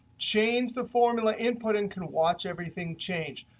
change the formula input, and can watch everything change.